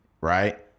right